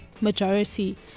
majority